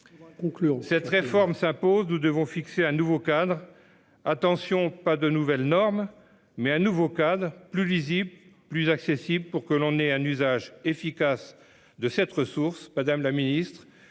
Cette réforme s'impose ! Nous devons fixer un nouveau cadre- attention, pas de nouvelles normes, mais bien un nouveau cadre, plus lisible, plus accessible, pour permettre un usage efficace de cette ressource. Madame la secrétaire